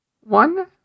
one